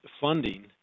funding